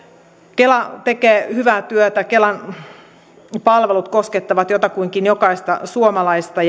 kela tekee hyvää työtä ja kelan palvelut koskettavat jotakuinkin jokaista suomalaista